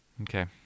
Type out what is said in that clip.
Okay